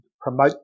promote